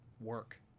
work